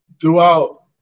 Throughout